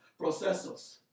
processors